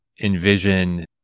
envision